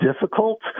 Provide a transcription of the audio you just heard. difficult